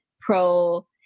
pro